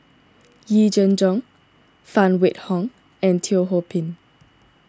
Yee Jenn Jong Phan Wait Hong and Teo Ho Pin